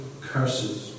curses